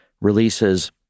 releases